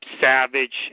Savage